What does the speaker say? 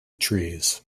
trees